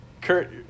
Kurt